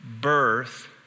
Birth